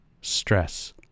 Stress